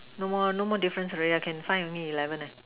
no more no more difference already yeah can find only eleven leh